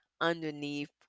underneath